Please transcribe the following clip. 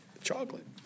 chocolate